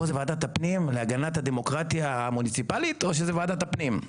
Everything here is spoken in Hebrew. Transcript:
פה זה ועדת הפנים ולהגנת הדמוקרטיה המוניציפלית או שזה ועדת הפנים?